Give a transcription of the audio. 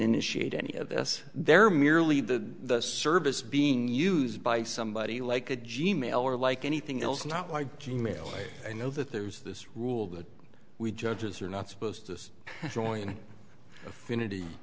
initiate any of this they're merely the service being used by somebody like a g mail or like anything else not like email i know that there's this rule that we judges are not supposed to join affinity